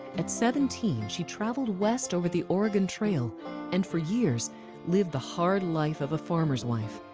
at seventeen, she traveled west over the oregon trail and for years lived the hard life of a farmer's wife.